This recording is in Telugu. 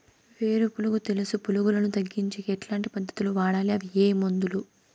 వేరు పులుగు తెలుసు పులుగులను తగ్గించేకి ఎట్లాంటి పద్ధతులు వాడాలి? అవి ఏ మందులు?